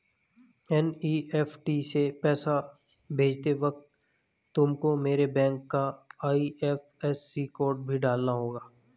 NEFT से पैसा भेजते वक्त तुमको मेरे बैंक का आई.एफ.एस.सी कोड भी डालना होगा